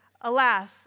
Alas